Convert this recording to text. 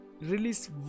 release